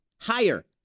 higher